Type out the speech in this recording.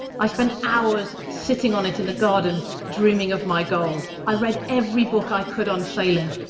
i spent hours sitting on it in the garden dreaming of my goal. i read every book i could on sailing,